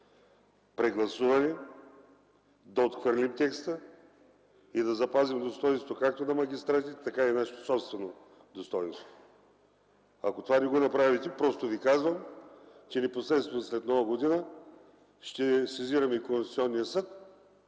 прегласуване. Да отхвърлим текста и да запазим достойнството както на магистратите, така и нашето собствено достойнство. Ако това не го направите, просто ви казвам: непосредствено след Нова година ще сезираме Конституционния съд